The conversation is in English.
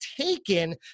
taken